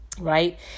Right